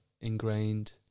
ingrained